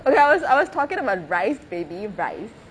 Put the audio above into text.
okay I was I was talking about rice baby rice